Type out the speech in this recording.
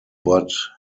but